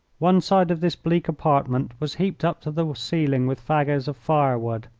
one side of this bleak apartment was heaped up to the ceiling with fagots of firewood.